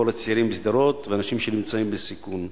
לכל הצעירים בשדרות ולאנשים שנמצאים בסיכון.